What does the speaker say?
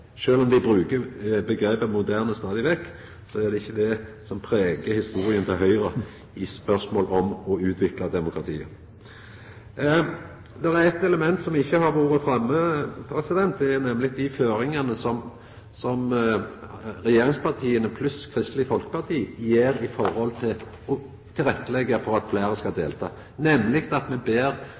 om dei bruker begrepet «moderne» stadig vekk, er det ikkje det som pregar historia til Høgre i spørsmål om å utvikla demokratiet. Det er eitt element som ikkje har vore framme, nemleg dei føringane som regjeringspartia pluss Kristeleg Folkeparti gjer for å leggja til rette for at fleire skal delta, nemleg at me ber